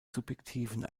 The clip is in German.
subjektiven